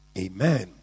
Amen